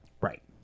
right